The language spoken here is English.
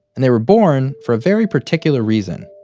and they were born for a very particular reason.